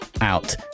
out